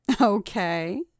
Okay